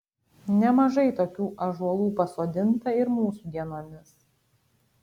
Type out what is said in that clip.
nemažai tokių ąžuolų pasodinta ir mūsų dienomis